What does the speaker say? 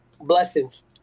Blessings